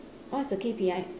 what's the K_P_I